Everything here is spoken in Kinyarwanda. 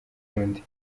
burundi